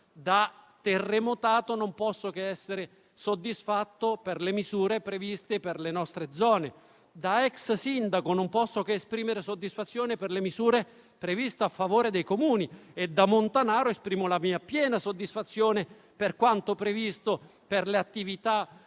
Da terremotato non posso che essere soddisfatto per le misure previste per le nostre zone. Da ex sindaco non posso che esprimere soddisfazione per le misure previste a favore dei Comuni e da montanaro esprimo la mia piena soddisfazione per quanto previsto per le attività